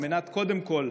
קודם כול